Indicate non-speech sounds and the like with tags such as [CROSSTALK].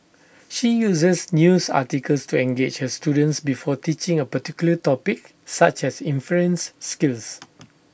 she uses news articles to engage her students before teaching A particular topic such as inference skills [NOISE]